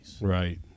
Right